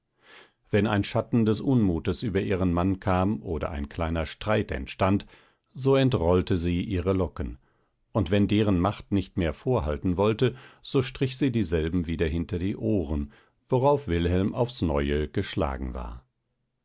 wenn ein schatten des unmutes über ihren mann kam oder ein kleiner streit entstand so entrollte sie ihre locken und wenn deren macht nicht mehr vorhalten wollte so strich sie dieselben wieder hinter die ohren worauf wilhelm aufs neue geschlagen war